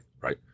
Right